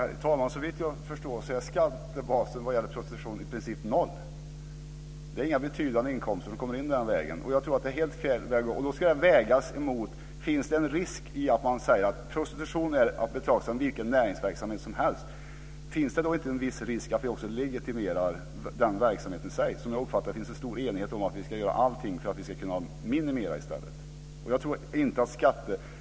Herr talman! Såvitt jag förstår är skattebasen vad gäller prostitution i princip noll. Det är inga betydande inkomster som kommer in den vägen. Om vi säger att prostitution är att betrakta som vilken näringsverksamhet som helst, finns det då inte en viss risk att vi legitimerar verksamheten i sig? Som jag har uppfattat det finns det en stor enighet om att vi ska göra allt för att minimera den i stället.